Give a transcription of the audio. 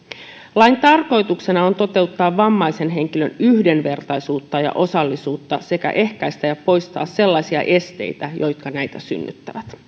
lain tarkoituksena on toteuttaa vammaisen henkilön yhdenvertaisuutta ja osallisuutta sekä ehkäistä ja poistaa sellaisia esteitä jotka näitä rajoittavat